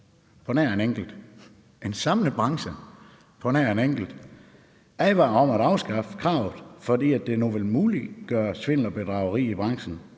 på ministeren, at en samlet branche på nær en enkelt advarer om at afskaffe kravet, fordi det nu vil muliggøre svindel og bedrageri i branchen?